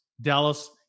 Dallas